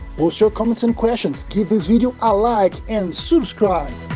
post your comments and questions, give this video a like and subscribe!